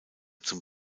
zum